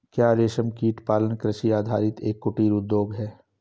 क्या रेशमकीट पालन कृषि आधारित एक कुटीर उद्योग है?